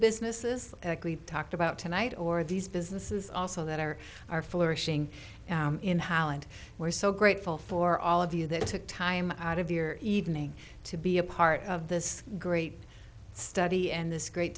businesses talked about tonight or these businesses also that are are flourishing in holland we're so grateful for all of you that took time out of your evening to be a part of this great study and this great